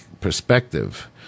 perspective